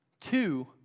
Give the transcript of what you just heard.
Two